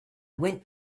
went